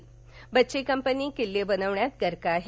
तर बच्चेकंपनी किल्ले बनवण्यात गर्क आहे